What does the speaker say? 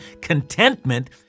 contentment